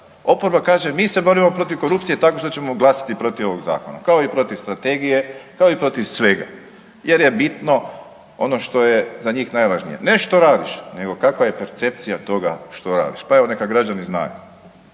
Oporba kaže mi se borimo protiv korupcije tako što ćemo glasati protiv ovog zakona kao i protiv strategije, kao i protiv svega jer je bitno ono što je za njih najvažnije, ne što radiš nego kakva je percepcija toga što radiš, pa evo neka građani znaju.